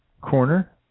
corner